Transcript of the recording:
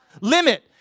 limit